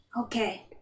Okay